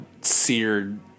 seared